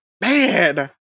Man